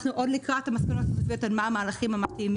ואנחנו לקראת המסקנות מה המהלכים המתאימים.